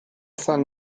san